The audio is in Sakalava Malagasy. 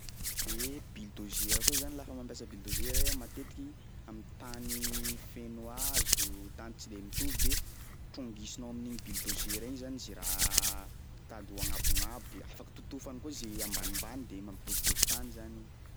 De bildôzera koa zany lafa mampiasa bildôzera iha matetiky am'tany feno hazo, tany tsy de mitovy de trongisinao amin'igny bildôzera igny zany zay raha tady ho agnambognambo de afaky totofany koa zay ambanimbany de mampitovitovy tany zany igny.